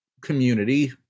community